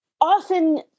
Often